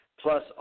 Plus